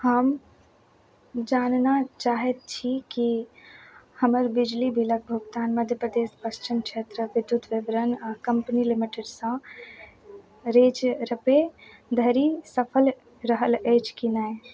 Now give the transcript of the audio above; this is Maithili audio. हम जानना चाहैत छी की हमर बिजली बिलक भुगतान मध्य प्रदेश पश्चिम क्षेत्र विद्युत विवरण आओर कम्पनी लिमिटेडसँ रेज रपे धरि सफल रहल अछि कि नहि